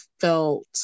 felt